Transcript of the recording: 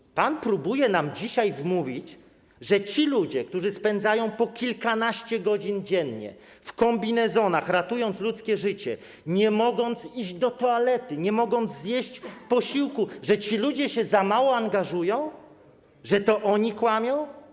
I pan próbuje nam dzisiaj wmówić, że ci ludzie, którzy spędzają po kilkanaście godzin dziennie w kombinezonach, ratując ludzkie życie, nie mogąc iść do toalety, nie mogąc zjeść posiłku, że to ci ludzie za mało się angażują, że to oni kłamią?